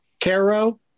Caro